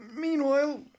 Meanwhile